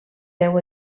deu